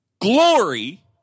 glory